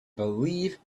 believe